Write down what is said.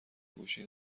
گوشی